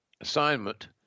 assignment